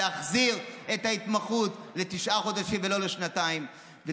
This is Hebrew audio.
להחזיר את ההתמחות לתשעה חודשים ולא לשנתיים, ב.